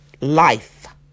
life